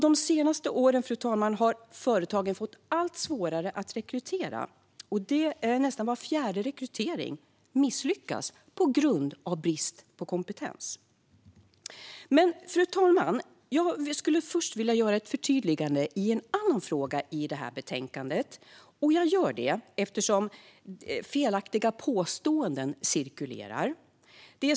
De senaste åren, fru talman, har företagen fått allt svårare att rekrytera. Nästan var fjärde rekrytering misslyckas på grund av brist på kompetens. Fru talman! Jag skulle först vilja göra ett förtydligande i en annan fråga i det här betänkandet, och jag gör det eftersom felaktiga påståenden cirkulerar.